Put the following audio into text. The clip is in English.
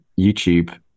youtube